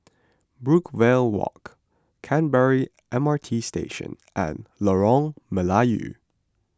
Brookvale Walk Canberra M R T Station and Lorong Melayu